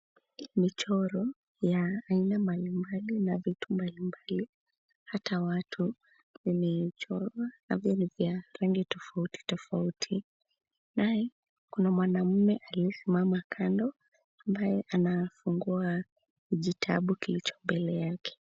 Michoro ya aina mbalimbali na vitu mbalimbali hata watu ime chorwa navyo ni vya rangi tofauti tofauti, naye kuna mwanamke aliyesimama kando ambaye anafungua kijitabu kilicho mbele yake.